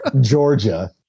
Georgia